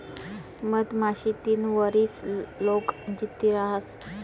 मधमाशी तीन वरीस लोग जित्ती रहास